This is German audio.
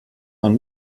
man